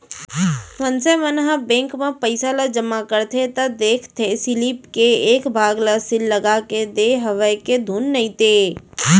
मनसे मन ह बेंक म पइसा ल जमा करथे त देखथे सीलिप के एक भाग ल सील लगाके देय हवय के धुन नइते